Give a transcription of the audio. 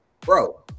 bro